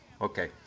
Okay